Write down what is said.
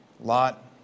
Lot